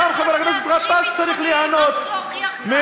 אז גם חבר הכנסת גטאס צריך ליהנות מחזקת